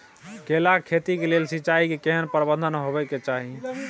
केला के खेती के लेल सिंचाई के केहेन प्रबंध होबय के चाही?